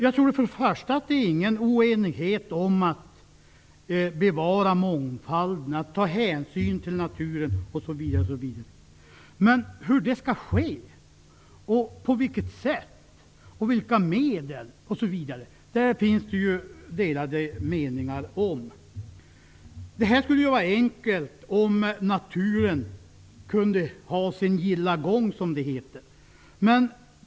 Jag tror inte att det råder någon oenighet om att bevara mångfalden, ta hänsyn till naturen osv. Men det finns delade meningar om hur det skall ske, på vilket sätt och med vilka medel. Det vore enkelt om naturen kunde ha sin gilla gång, som det heter.